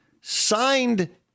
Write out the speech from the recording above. signed